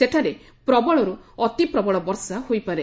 ସେଠାରେ ପ୍ରବଳରୁ ଅତି ପ୍ରବଳ ବର୍ଷା ହୋଇପାରେ